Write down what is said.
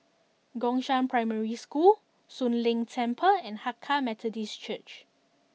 Gongshang Primary School Soon Leng Temple and Hakka Methodist Church